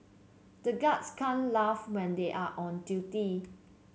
the guards can't laugh when they are on duty